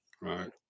right